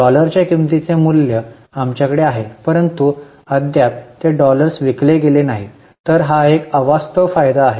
डॉलरच्या किंमतीचे मूल्य आमच्याकडे आहे परंतु अद्याप ते डॉलर्स विकले गेले नाहीत तर हा एक अवास्तव फायदा आहे